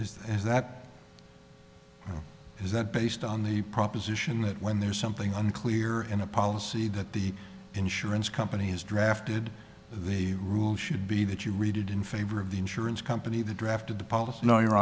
that is that based on the proposition that when there's something unclear in a policy that the insurance companies drafted the rule should be that you read it in favor of the insurance company the draft of the policy no your